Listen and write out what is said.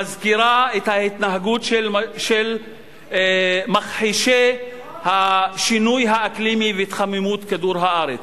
מזכירה את ההתנהגות של מכחישי השינוי האקלימי והתחממות כדור-הארץ.